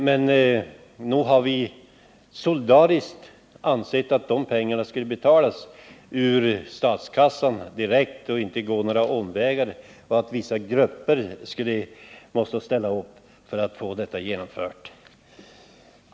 Men nog har vi solidariskt ansett att dessa pengar skulle betalas direkt ur statskassan och inte via några omvägar så att vissa grupper skulle tvingas ställa upp för att få detta genomfört.